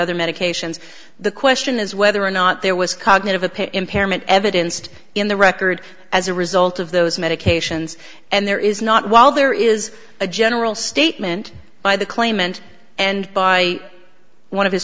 other medications the question is whether or not there was cognitive appear impairment evidenced in the record as a result of those medications and there is not while there is a general statement by the claimant and by one of his